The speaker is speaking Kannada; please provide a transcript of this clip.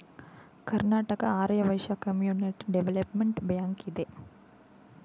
Karnataka Arya Vaishya community development bank ಇದೆ